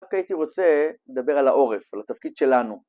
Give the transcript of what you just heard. דווקא הייתי רוצה לדבר על העורף, על התפקיד שלנו.